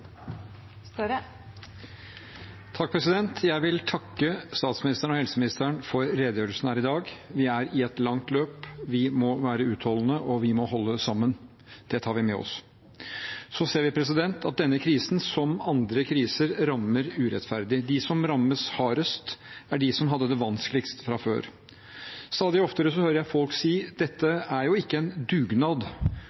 og helseministeren for redegjørelsene her i dag. Vi er i et langt løp. Vi må være utholdende, og vi må holde sammen. Det tar vi med oss. Vi ser at denne krisen, som andre kriser, rammer urettferdig. De som rammes hardest, er de som hadde det vanskeligst fra før. Stadig oftere hører jeg folk si: Dette